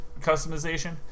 customization